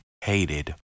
hated